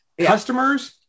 Customers